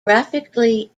graphically